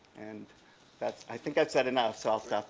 and that's, i think i've said enough, so i'll stop